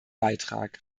beitrag